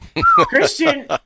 Christian